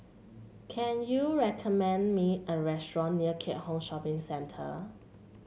can you recommend me a restaurant near Keat Hong Shopping Centre